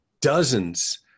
dozens